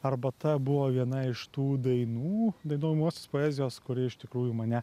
arbata buvo viena iš tų dainų dainuojamosios poezijos kuri iš tikrųjų mane